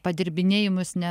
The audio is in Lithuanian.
padirbinėjimus ne